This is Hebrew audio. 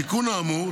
התיקון האמור,